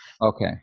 okay